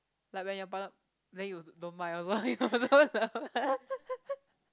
like when your partner then you don't mind also